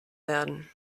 werden